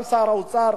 גם שר האוצר,